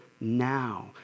now